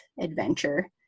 adventure